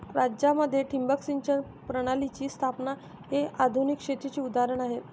राजस्थान मध्ये ठिबक सिंचन प्रणालीची स्थापना हे आधुनिक शेतीचे उदाहरण आहे